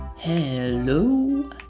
Hello